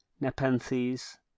Nepenthes